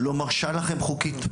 לא מרשה לכם מבחינה חוקית.